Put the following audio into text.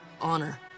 Honor